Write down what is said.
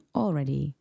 already